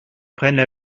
prennent